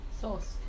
Sauce